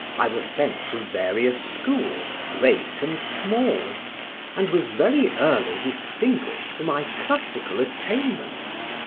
i was sent to various schools, great and small and was very early distinguished for my classical attainments,